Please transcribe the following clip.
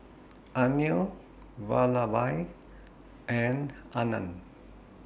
Anil Vallabhbhai and Anand